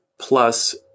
plus